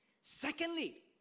Secondly